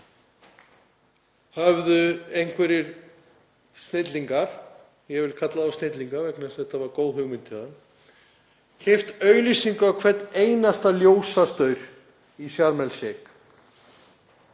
höfðu einhverjir snillingar, ég vil kalla þá snillinga vegna þess að þetta var góð hugmynd hjá þeim, keypt auglýsingu á hvern einasta ljósastaur í Sharm El